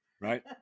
right